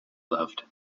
loved